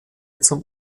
zum